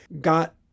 got